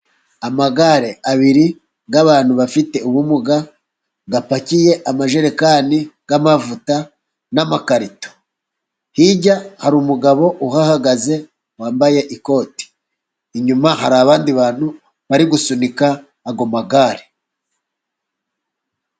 Amagare abiri y'abantu bafite ubumuga apakiye amajerekani y'amavuta n'amakarito. Hirya hari umugabo uhahagaze wambaye ikoti, inyuma hari abandi bantu bari gusunika ayo magare.